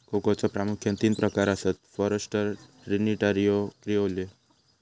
कोकोचे प्रामुख्यान तीन प्रकार आसत, फॉरस्टर, ट्रिनिटारियो, क्रिओलो